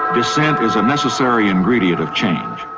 dissent is a necessary ingredient of change,